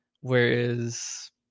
whereas